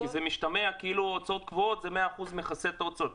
כי זה משתמע כאילו הוצאות קבועות זה 100% מכסה את ההוצאות.